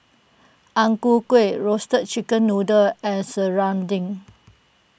Ang Ku kKueh Roasted Chicken Noodle and Serunding